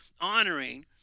honoring